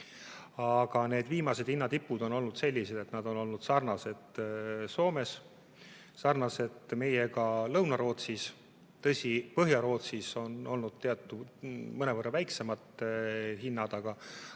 Aga need viimased hinnatipud on olnud sellised, et nad on olnud sarnased Soomes, sarnased meiega Lõuna-Rootsis. Tõsi, Põhja-Rootsis on olnud mõnevõrra väiksemad hinnad, aga